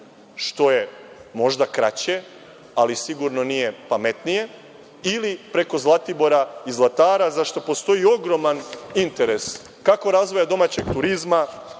što je možda kraće, ali sigurno nije pametnije ili preko Zlatibora i Zlatara zašto postoji ogroman interes, kako razvoja domaćeg turizma